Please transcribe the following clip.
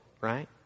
right